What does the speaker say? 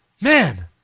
Man